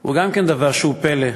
הוא גם כן דבר שהוא פלא,